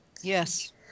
Yes